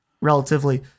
relatively